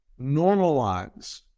normalize